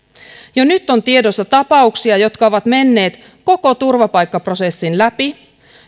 jo nyt on tiedossa tapauksia jotka ovat menneet koko turvapaikkaprosessin läpi